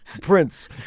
Prince